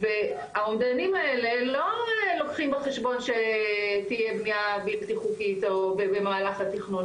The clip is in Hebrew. והאומדנים האלה לא לוקחים בחשבון שתהיה בנייה בלתי חוקית במהלך התכנון,